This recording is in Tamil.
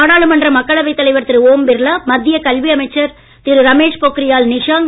நாடாளுமன்ற மக்களவை தலைவர் திரு ஓம் பிர்லா நிகழ்ச்சியில் மத்திய கல்வி அமைச்சர் திரு ரமேஷ் பொக்ரியால் நிஷாங்க்